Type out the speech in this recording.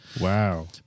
Wow